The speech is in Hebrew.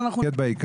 אפילו לא ערבים,